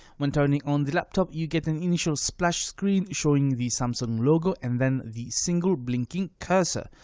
when turning on the laptop you get an initial splash screen showing the samsung logo and then the single blinking cursor.